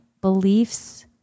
beliefs